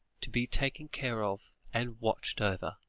to be taken care of, and watched over,